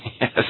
Yes